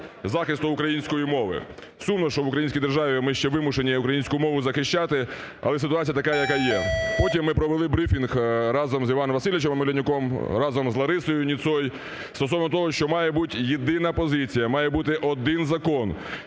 захисту української мови. Сумно, що в українській держави ми ще вимушені українську мову захищати. Але ситуація така, яка є. Потім ми провели брифінг разом з Іваном Васильовичем Омелянюком, разом з Ларисою Ніцой стосовно того, що має бути єдина позиція, має бути один закон,